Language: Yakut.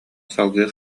салгыы